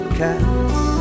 cats